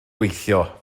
gweithio